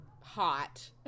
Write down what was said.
hot